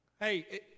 Hey